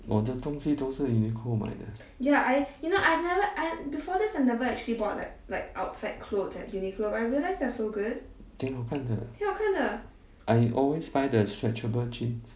我的东西都是 uniqlo 买的挺好看的 I always buy the stretchable jeans